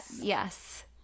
Yes